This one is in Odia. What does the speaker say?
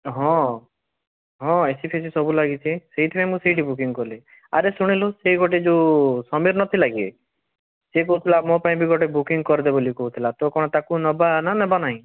ହଁ ହଁ ଏସିଫେସି ସବୁ ଲାଗିଛି ସେଇଥିପାଇଁ ମୁଁ ସେଇଠି ବୁକିଙ୍ଗ୍ କଲି ଆରେ ଶୁଣିଲୁ ସେଇ ଗୋଟେ ଯୋଉ ସମୀର ନଥିଲା କି ସେ କହୁଥିଲା ମୋ ପାଇଁ ବି ଗୋଟେ ବୁକିଙ୍ଗ୍ କରିଦେ ବୋଲି କହୁଥିଲା ତ କ'ଣ ତା'କୁ ନେବା ନା ନେବା ନାହିଁ